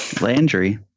Landry